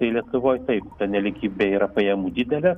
tai lietuvoj taip ta nelygybė yra pajamų didelė